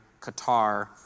Qatar